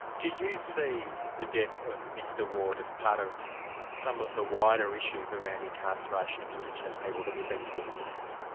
do you see the death of mr ward as part of some of the wider issues around incarceration of indigenous people that we've been talking about?